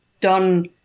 done